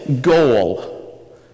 goal